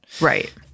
Right